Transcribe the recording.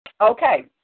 Okay